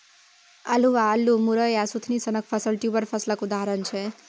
अल्हुआ, अल्लु, मुरय आ सुथनी सनक फसल ट्युबर फसलक उदाहरण छै